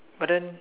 but then